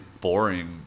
boring